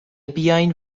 بیاین